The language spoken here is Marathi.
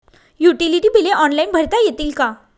युटिलिटी बिले ऑनलाईन भरता येतील का?